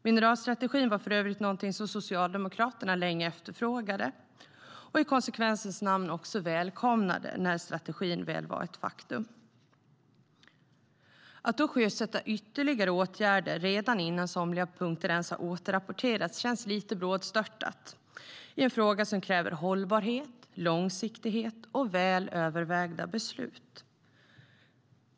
Mineralstrategin var för övrigt något som Socialdemokraterna hade efterfrågat länge och i konsekvensens namn också välkomnade när den väl blev ett faktum. Att sjösätta ytterligare åtgärder, redan innan somliga punkter ens har återrapporterats, känns lite brådstörtat i en fråga som kräver hållbarhet, långsiktighet och väl övervägda beslut.